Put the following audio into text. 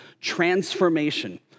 transformation